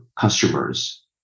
customers